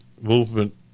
movement